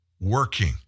working